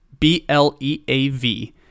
B-L-E-A-V